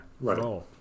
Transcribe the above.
Right